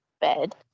bed